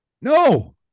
No